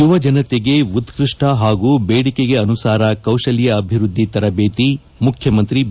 ಯುವಜನತೆಗೆ ಉತ್ಖಷ್ಟ ಹಾಗೂ ಬೇಡಿಕೆಗೆ ಅನುಸಾರ ಕೌಶಲ್ಯ ಅಭಿವೃದ್ದಿ ತರಬೇತಿ ಮುಖ್ಯಮಂತ್ರಿ ಬಿ